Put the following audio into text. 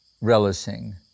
relishing